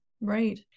Right